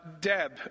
Deb